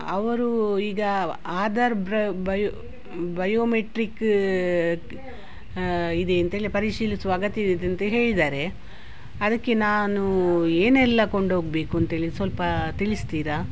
ಅವರು ಈಗ ಆಧಾರ್ ಬ್ರ ಬಯೊ ಬಯೋಮೆಟ್ರಿಕ್ಕೂ ಇದೆ ಅಂತೇಳಿ ಪರಿಶೀಲಿಸುವ ಅಗತ್ಯ ಇದೆ ಅಂತ ಹೇಳಿದ್ದಾರೆ ಅದಕ್ಕೆ ನಾನು ಏನೆಲ್ಲ ಕೊಂಡೋಗಬೇಕು ಅಂತೇಳಿ ಸ್ವಲ್ಪ ತಿಳಿಸ್ತೀರಾ